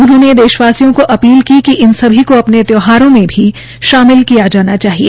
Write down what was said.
उन्होंने देशवासियों को अपील की कि अन सभी को अपने त्यौहारों में भी शामिल किया जाना चाहिए